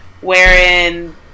wherein